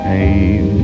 Pain